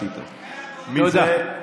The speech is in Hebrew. מצוין,